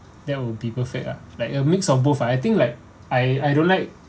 that would be perfect ah like a mix of both ah I think like I I don't like